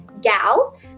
Gal